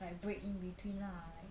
like break in between lah like